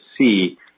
see